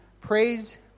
praise